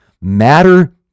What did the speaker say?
matter